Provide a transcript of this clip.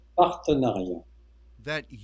partenariat